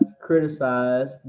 criticized